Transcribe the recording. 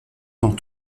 dans